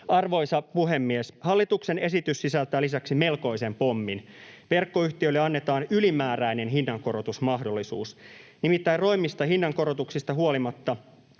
Arvoisa puhemies! Hallituksen esitys sisältää lisäksi melkoisen pommin. Verkkoyhtiöille annetaan ylimääräinen hinnankorotusmahdollisuus. Nimittäin roimista hinnankorotuksista huolimatta